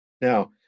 Now